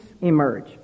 emerge